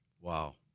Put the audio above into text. Wow